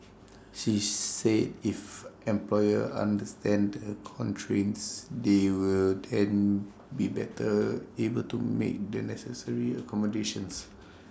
she said if employers understand the constraints they will then be better able to make the necessary accommodations